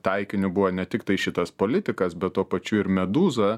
taikiniu buvo ne tiktai šitas politikas bet tuo pačiu ir meduza